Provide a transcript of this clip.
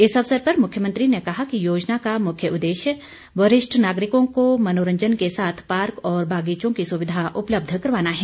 इस अवसर पर मुख्यमंत्री ने कहा कि योजना का मुख्य उद्देश्य वरिष्ठ नागरिकों को मनोरंजन के साथ पार्क और बागीचों की सुविधा उपलब्ध करवाना है